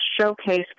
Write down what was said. showcase